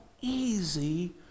easy